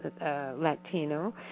Latino